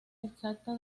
exacta